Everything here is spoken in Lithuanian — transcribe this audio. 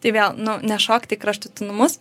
tai vėl nu nešokti į kraštutinumus